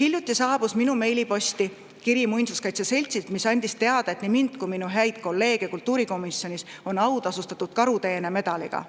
Hiljuti saabus minu meilikasti kiri muinsuskaitse seltsilt, mis andis teada, et nii mind kui ka minu häid kolleege kultuurikomisjonis on autasustatud Karuteene medaliga